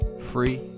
Free